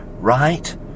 right